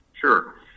Sure